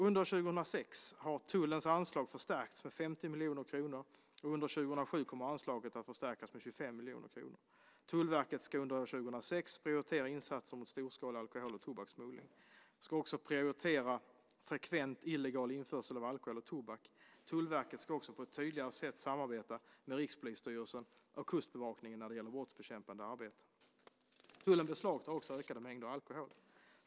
Under år 2006 har tullens anslag förstärkts med 50 miljoner kronor, och under år 2007 kommer anslaget att förstärkas med 25 miljoner kronor. Tullverket ska under år 2006 prioritera insatser mot storskalig alkohol och tobakssmuggling. De ska också prioritera frekvent illegal införsel av alkohol och tobak. Tullverket ska också på ett tydligare sätt samarbeta med Rikspolisstyrelsen och Kustbevakningen när det gäller det brottsbekämpande arbetet. Tullen beslagtar också ökade mängder alkohol.